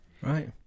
Right